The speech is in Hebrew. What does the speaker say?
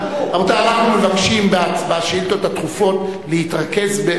אנחנו מבקשים בשאילתות הדחופות להתרכז,